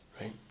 right